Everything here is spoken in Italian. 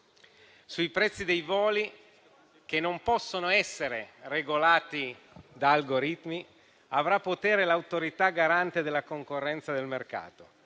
Sui prezzi dei voli, che non possono essere regolati da algoritmi, avrà potere l'Autorità garante della concorrenza e del mercato: